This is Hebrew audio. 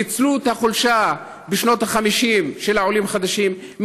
ניצלו את החולשה של העולים החדשים בשנות ה-50,